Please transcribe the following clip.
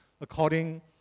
according